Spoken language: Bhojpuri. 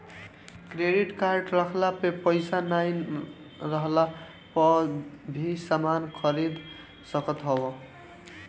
क्रेडिट कार्ड रखला पे पईसा नाइ रहला पअ भी समान खरीद सकत हवअ